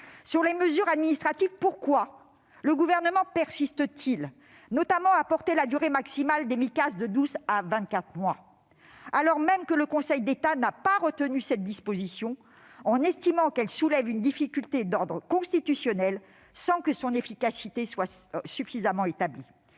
Sur les mesures administratives, pourquoi le Gouvernement persiste-t-il, notamment, à porter la durée maximale des Micas de douze à vingt-quatre mois, alors même que le Conseil d'État n'a pas retenu cette disposition, estimant qu'elle soulève une difficulté d'ordre constitutionnel, sans que son efficacité soit suffisamment établie